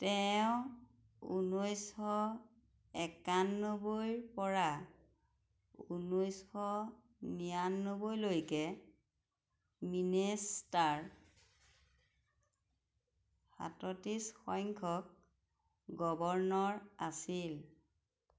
তেওঁ ঊনৈছ একানব্বৈৰপৰা ঊনৈশ নিৰানব্বৈলৈকে মিনেছ'টাৰ সাতত্ৰিছ সংখ্যক গৱৰ্ণৰ আছিল